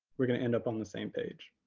we're going to end up on the same page.